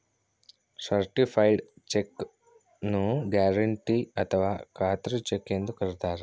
certified check ನ್ನು guarantee ಅಥಾವ ಖಾತ್ರಿ ಚೆಕ್ ಎಂದು ಕರಿತಾರೆ